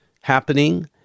happening